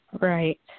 Right